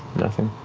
nothing.